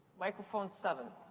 microphone seven.